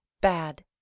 bad